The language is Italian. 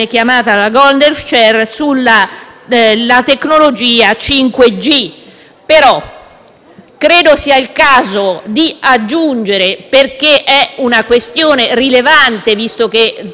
tecnologia 5G. Credo tuttavia che sia il caso di aggiungere, perché è una questione rilevante, visto che si vuole parlare anche di sicurezza,